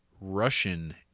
Russian